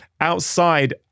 outside